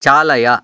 चालय